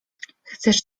chcesz